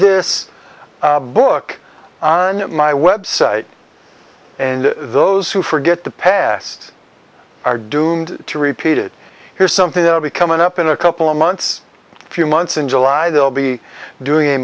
this book on my website and those who forget the past are doomed to repeat it here's something that will be coming up in a couple of months few months in july they'll be doing